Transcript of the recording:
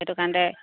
সেইটো কাৰণতে